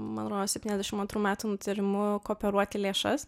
man rodos septyniasdešim antrų metų nutarimu kooperuoti lėšas